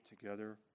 together